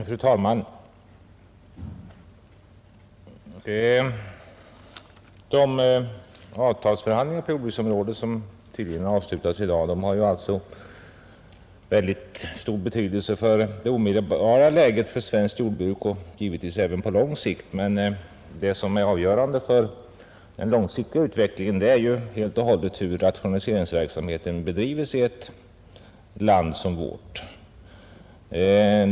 Fru talman! Jordbrukets avtalsförhandlingar, som tydligen har avslutats i dag, har stor betydelse för det omedelbara läget för svenskt jordbruk — och givetvis även för jordbruket på lång sikt. Det avgörande för den långsiktiga utvecklingen är emellertid hur rationaliseringen bedrivs i ett land som vårt.